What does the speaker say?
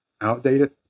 outdated